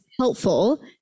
helpful